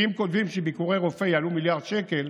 כי אם כותבים שביקורי רופא יעלו מיליארד שקל,